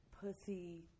pussy